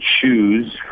choose